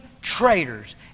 traitors